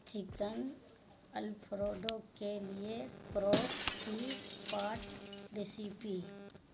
chicken alfredo کے لیے crock کی پاٹ ریسیپی